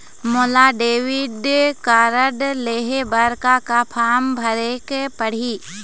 मोला debit card लेहे बर का का फार्म भरेक पड़ही?